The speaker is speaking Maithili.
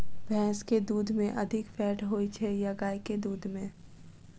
भैंस केँ दुध मे अधिक फैट होइ छैय या गाय केँ दुध में?